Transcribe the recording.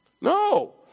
No